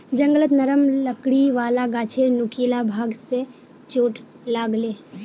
जंगलत नरम लकड़ी वाला गाछेर नुकीला भाग स चोट लाग ले